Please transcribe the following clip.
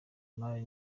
imari